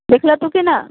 देखले हतू कि नहि